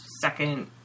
second